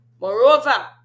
Moreover